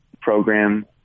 program